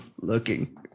looking